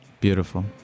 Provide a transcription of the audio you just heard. beautiful